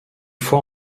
fois